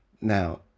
Now